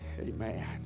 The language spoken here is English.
Amen